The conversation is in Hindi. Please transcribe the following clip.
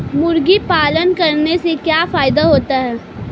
मुर्गी पालन करने से क्या फायदा होता है?